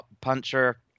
puncher